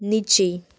નીચે